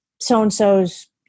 so-and-so's